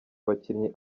abakinnyi